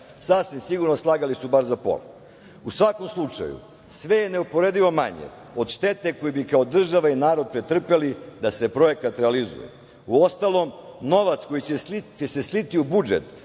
Sasvim sigurno da su slagali bar za pola. U svakom slučaju, sve je neuporedivo manje od štete koju bi kao država i narod pretrpeli da se projekat realizacije. Uostalom, novac koji će se sliti u budžet